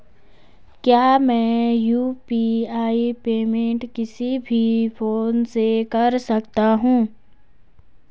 क्या मैं UPI payment किसी भी फोन से कर सकता हूँ?